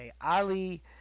Ali